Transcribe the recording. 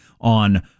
on